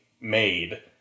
made